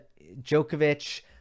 Djokovic